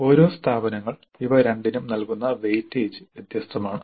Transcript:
ഓരോ സ്ഥാപനങ്ങൾ ഇവ രണ്ടിനും നൽകുന്ന വെയിറ്റേജ് വ്യത്യസ്തമാണ്